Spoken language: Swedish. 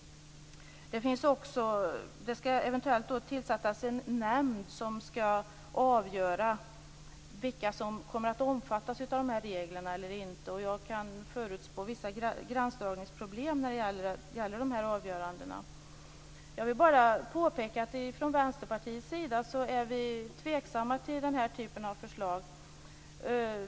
Det skall eventuellt tillsättas en nämnd som skall avgöra vilka som kommer att omfattas av dessa regler. Jag kan förutspå vissa gränsdragningsproblem när det gäller de här avgörandena. Jag vill bara påpeka att vi i Vänsterpartiet är tveksamma till den här typen av förslag.